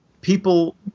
people